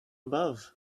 above